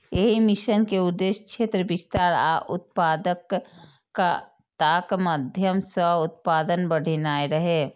एहि मिशन के उद्देश्य क्षेत्र विस्तार आ उत्पादकताक माध्यम सं उत्पादन बढ़ेनाय रहै